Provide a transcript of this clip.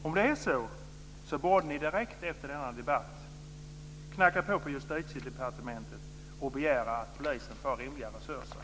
Om det är så borde ni direkt efter denna debatt knacka på hos Justitiedepartementet och begära att polisen får rimliga resurser.